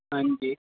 ਹਾਂਜੀ